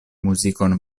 muzikon